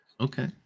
okay